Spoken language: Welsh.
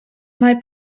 mae